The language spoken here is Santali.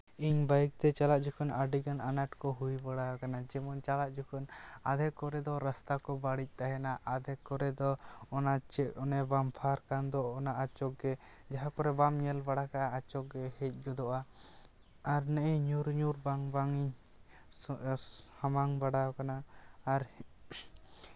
ᱤᱧ ᱵᱟᱭᱤᱠ ᱛᱮ ᱪᱟᱞᱟᱜ ᱡᱚᱠᱷᱚᱱ ᱟᱹᱰᱤᱜᱟᱱ ᱟᱱᱟᱴ ᱠᱚ ᱦᱩᱭ ᱵᱟᱲᱟ ᱟᱠᱟᱱᱟ ᱡᱮᱢᱚᱱ ᱪᱟᱞᱟᱜ ᱡᱚᱠᱷᱚᱱ ᱟᱫᱽᱫᱮᱠ ᱠᱚᱨᱮ ᱫᱚ ᱨᱟᱥᱛᱟ ᱠᱚ ᱵᱟᱹᱲᱤᱡ ᱛᱟᱦᱮᱸᱱᱟ ᱟᱫᱷᱮᱠ ᱠᱚᱨᱮ ᱫᱚ ᱚᱱᱟ ᱪᱮᱫ ᱚᱱᱮ ᱵᱟᱢᱯᱷᱟᱨ ᱠᱟᱱ ᱫᱚ ᱚᱱᱟ ᱟᱪᱚᱠ ᱜᱮ ᱡᱟᱦᱟᱸ ᱠᱚᱨᱮᱜ ᱵᱟᱢ ᱧᱮᱞ ᱵᱟᱲᱟ ᱠᱟᱜᱼᱟ ᱟᱪᱚᱠ ᱜᱮ ᱦᱮᱡ ᱜᱚᱫᱚᱜᱼᱟ ᱱᱮ ᱧᱩᱨ ᱧᱩᱨ ᱵᱟᱝ ᱵᱟᱝ ᱤᱧ ᱥᱟᱢᱟᱝ ᱵᱟᱲᱟ ᱠᱟᱱᱟ ᱟᱨ